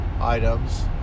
items